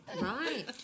Right